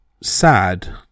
sad